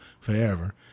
forever